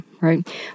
right